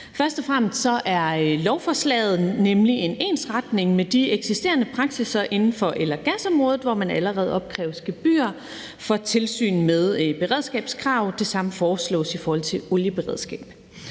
Først og fremmest er lovforslaget nemlig en ensretning med de eksisterende praksisser inden for el- og gasområdet, hvor man allerede opkræves gebyrer for tilsyn med beredskabskrav. Det samme foreslås for olieberedskabet.